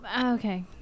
okay